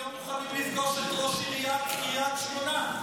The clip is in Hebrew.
איך יטפלו אם הם לא מוכנים לפגוש את ראש עיריית קריית שמונה?